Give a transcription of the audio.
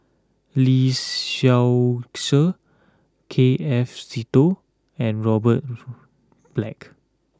Lee Seow Ser K F Seetoh and Robert Black